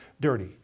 dirty